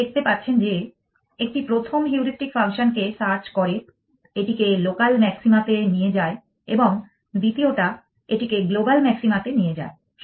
আপনি দেখতে পাচ্ছেন যে একটি প্রথম হিউড়িস্টিক ফাংশনকে সার্চ করে এটিকে লোকাল ম্যাক্সিমাতে নিয়ে যায় এবং দ্বিতীয়টা এটিকে গ্লোবাল ম্যাক্সিমাতে নিয়ে যায়